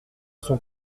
sont